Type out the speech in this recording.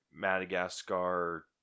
Madagascar